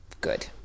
good